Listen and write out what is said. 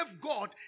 God